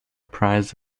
prize